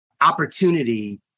opportunity